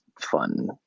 fun